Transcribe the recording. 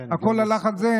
כן, אני, הכול הלך על זה?